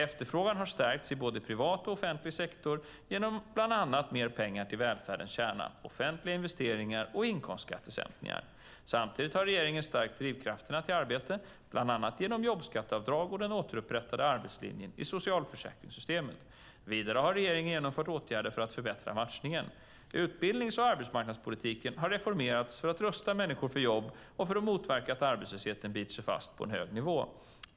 Efterfrågan har stärkts i både privat och offentlig sektor genom bland annat mer pengar till välfärdens kärna, offentliga investeringar och inkomstskattesänkningar. Samtidigt har regeringen stärkt drivkrafterna till arbete, bland annat genom jobbskatteavdraget och den återupprättade arbetslinjen i socialförsäkringssystemen. Vidare har regeringen genomfört åtgärder för att förbättra matchningen. Utbildnings och arbetsmarknadspolitiken har reformerats för att rusta människor för jobb och för att motverka att arbetslösheten biter sig fast på en hög nivå.